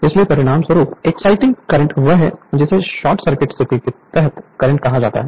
इसलिए परिणामस्वरूप exciting current वह है जिसे शॉर्ट सर्किट स्थिति के तहत करंट कहा जाता है